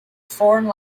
foreign